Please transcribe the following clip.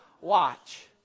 watch